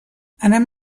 anem